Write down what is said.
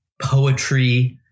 poetry